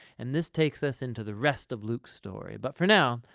and this takes us into the rest of luke's story but for now,